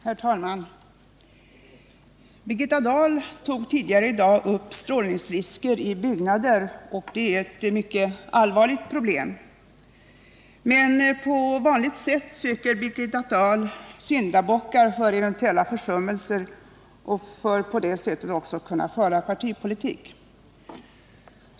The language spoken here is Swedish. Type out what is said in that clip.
Herr talman! Birgitta Dahl tog tidigare i dag upp strålningsrisker i byggnader, som är ett mycket allvarligt problem. Men på vanligt sätt söker Birgitta Dahl syndabockar med anledning av eventuella försummelser för att på det sättet också kunna föra partipolitik.